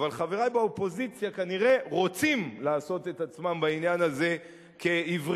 אבל חברי באופוזיציה כנראה רוצים לעשות את עצמם בעניין הזה כעיוורים,